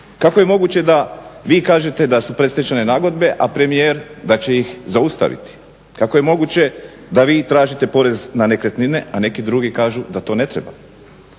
Kako je moguće da vi kažete da su predstečajne nagodbe a premijer da će ih zaustaviti. Kako je moguće da vi tražite porez na nekretnine a neki drugi kažu da to ne treba.